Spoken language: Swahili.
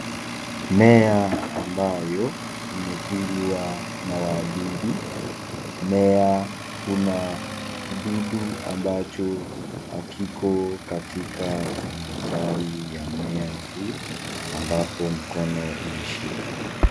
Mmea ambayo imekulwa na wadudu, mmea kuna kina kidudu ambacho hakiko katika matawi ya mimea hii ambapo mkono umeshika.